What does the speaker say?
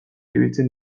ibiltzen